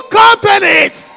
companies